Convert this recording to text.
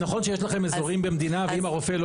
נכון שיש לכם אזורים במדינה ואם הרופא לא